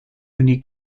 only